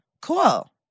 Cool